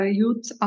youths